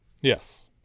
Yes